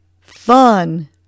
Fun